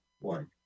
one